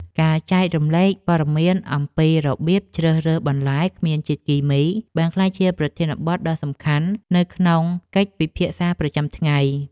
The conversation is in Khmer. ការចែករំលែកព័ត៌មានអំពីរបៀបជ្រើសរើសបន្លែគ្មានជាតិគីមីបានក្លាយជាប្រធានបទដ៏សំខាន់នៅក្នុងកិច្ចពិភាក្សាប្រចាំថ្ងៃ។